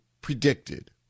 predicted